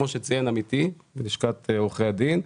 כמו שציין עמיתי מלשכת עורכי הדין,